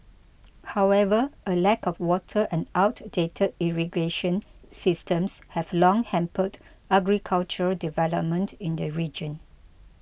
however a lack of water and outdated irrigation systems have long hampered agricultural development in the region